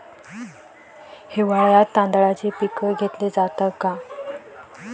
हिवाळ्यात तांदळाचे पीक घेतले जाते का?